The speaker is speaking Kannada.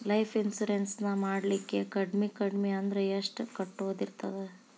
ಲೈಫ್ ಇನ್ಸುರೆನ್ಸ್ ನ ಮಾಡ್ಲಿಕ್ಕೆ ಕಡ್ಮಿ ಕಡ್ಮಿ ಅಂದ್ರ ಎಷ್ಟ್ ಕಟ್ಟೊದಿರ್ತದ?